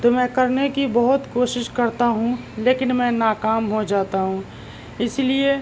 تو میں کرنے کی بہت کوشش کرتا ہوں لیکن میں ناکام ہو جاتا ہوں اسی لیے